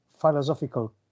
philosophical